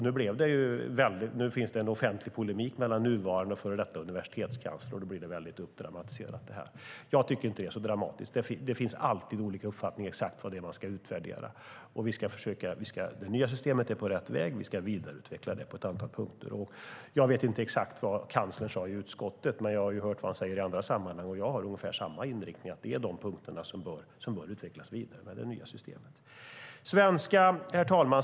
Nu finns det en offentlig polemik mellan nuvarande och före detta universitetskanslern, och då blir det väldigt dramatiserat. Jag tycker inte att det är så dramatiskt. Det finns alltid olika uppfattningar om exakt vad det är man ska utvärdera. Det nya systemet är på rätt väg. Vi ska vidareutveckla det på ett antal punkter. Jag vet inte exakt vad kanslern sade i utskottet, men jag har hört vad han säger i andra sammanhang. Jag har ungefär samma inriktning. Det är de punkterna som bör utvecklas vidare med det nya systemet. Herr talman!